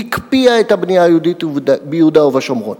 הקפיאה את הבנייה היהודית ביהודה ובשומרון,